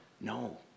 No